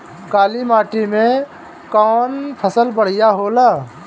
काली माटी मै कवन फसल बढ़िया होला?